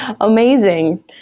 Amazing